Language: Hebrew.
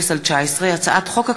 פ/2580/19 וכלה בהצעת חוק פ/2859/19,